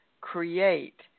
create